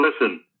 listen